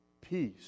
Peace